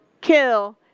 kill